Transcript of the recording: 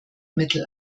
mittel